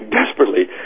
desperately